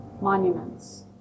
monuments